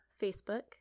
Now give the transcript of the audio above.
Facebook